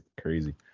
crazy